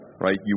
right